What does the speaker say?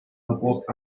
вопрос